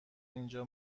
اینجا